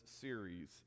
series